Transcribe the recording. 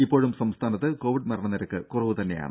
ഇപ്പോഴും സംസ്ഥാനത്ത് കോവിഡ് മരണനിരക്ക് കുറവു തന്നെയാണ്